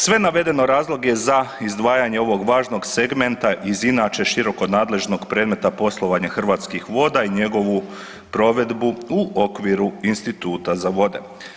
Sve navedeno razlog je za izdvajanje ovog važnog segmenta iz inače široko nadležnog predmeta poslovanja Hrvatskih voda i njegovu provedbu u okviru Instituta za vode.